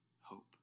hope